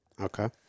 Okay